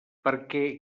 perquè